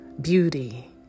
beauty